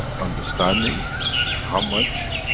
and understanding how much